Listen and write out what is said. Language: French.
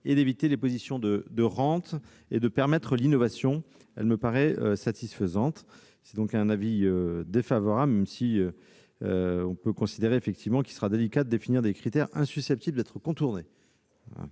est d'éviter les situations de rente et de permettre l'innovation. Elle me paraît satisfaisante. L'avis est donc défavorable, même si l'on peut considérer effectivement qu'il sera délicat de définir des critères insusceptibles d'être contournés.